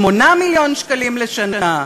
8 מיליון שקלים לשנה.